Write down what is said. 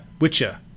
Witcher